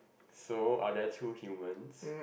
so are there two humans